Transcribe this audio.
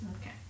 Okay